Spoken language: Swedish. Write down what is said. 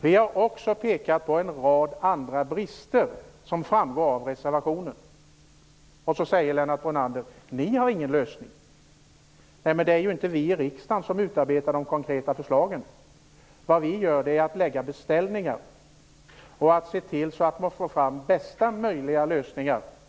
Vi har i reservationen också pekat på en rad andra brister, och så säger Lennart Brunander: Ni har ingen lösning! Nej, men det är ju inte vi i riksdagen som utarbetar de konkreta förslagen. Vad vi gör är att lägga ut beställningar och se till att regeringen får fram bästa möjliga lösning.